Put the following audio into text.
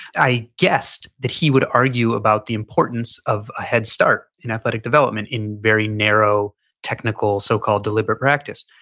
i guessed that he would argue about the importance of a head start in athletic development in very narrow technical so-called deliberate practice.